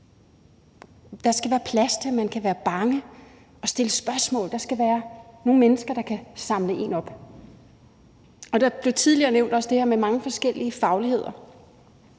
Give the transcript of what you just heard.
Der skal være plads til, at man kan være bange og stille spørgsmål. Der skal være nogle mennesker, der kan samle en op, og der blev tidligere nævnt det her med mange forskellige fagligheder,